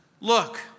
look